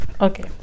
Okay